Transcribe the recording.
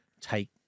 take